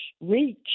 reach